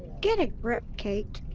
get a grip, kate!